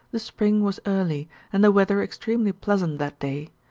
the spring was early and the weather extremely pleasant that day,